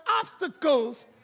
obstacles